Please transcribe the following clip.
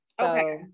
okay